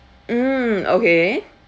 mm okay